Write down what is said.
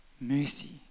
mercy